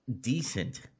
decent